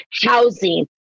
housing